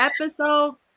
episode